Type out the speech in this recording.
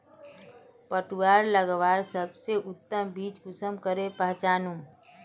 पटुआ लगवार सबसे उत्तम बीज कुंसम करे पहचानूम?